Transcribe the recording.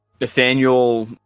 Nathaniel